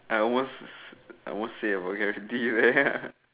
I almost I almost say a vulgarity there ah